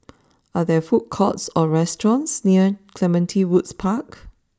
are there food courts or restaurants near Clementi Woods Park